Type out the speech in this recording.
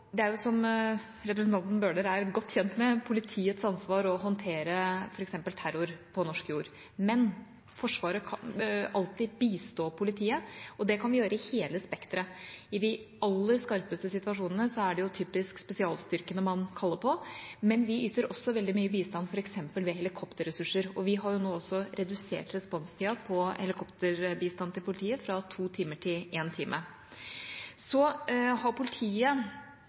Det er, som representanten Bøhler er godt kjent med, politiets ansvar å håndtere f.eks. terror på norsk jord, men Forsvaret kan alltid bistå politiet, og det kan vi gjøre i hele spekteret. I de aller skarpeste situasjonene er det typisk spesialstyrkene man kaller på, men vi yter også veldig mye bistand f.eks. med helikopterressurser, og vi har nå også redusert responstida på helikopterbistand til politiet fra 2 timer til 1 time. Politiet har